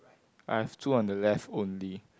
I have two on the left only